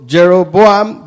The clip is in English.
Jeroboam